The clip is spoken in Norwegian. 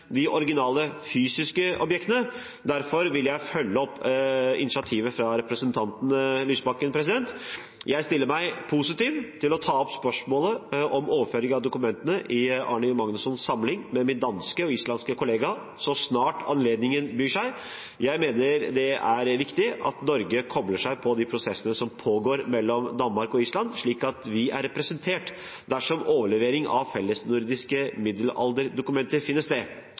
de originale, fysiske, objektene. Derfor vil jeg følge opp initiativet fra representanten Lysbakken. Jeg stiller meg positivt til å ta opp spørsmålet om overføring av dokumentene i Árni Magnússons samling med min danske og min islandske kollega så snart anledningen byr seg. Jeg mener det er viktig at Norge kobler seg på de prosessene som pågår mellom Danmark og Island, slik at vi er representert dersom overlevering av fellesnordiske middelalderdokumenter finner sted.